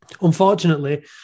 Unfortunately